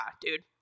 dude